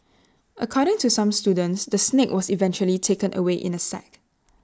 according to some students the snake was eventually taken away in A sack